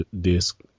disk